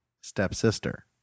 stepsister